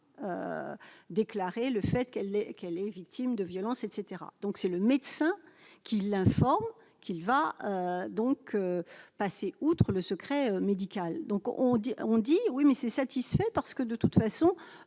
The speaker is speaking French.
qu'elle est qu'elle est victime de violence etc donc c'est le médecin qui l'informe qu'il va donc passer outre le secret médical, donc on dit on dit oui mais ces satisfait parce que de toute façon